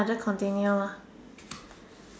just continue lah